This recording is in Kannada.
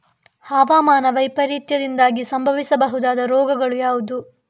ಹವಾಮಾನ ವೈಪರೀತ್ಯದಿಂದಾಗಿ ಸಂಭವಿಸಬಹುದಾದ ರೋಗಗಳು ಯಾವುದು?